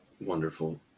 Wonderful